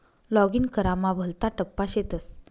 login करामा भलता टप्पा शेतस